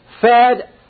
fed